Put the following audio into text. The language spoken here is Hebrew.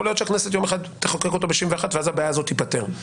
יכול להיות שהכנסת יום אחד תחוקק אותו ב-61 ואז הבעיה הזאת תיפתר.